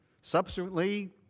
subsequently,